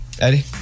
Eddie